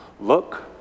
look